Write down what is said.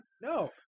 No